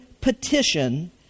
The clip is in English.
petition